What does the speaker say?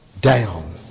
down